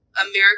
America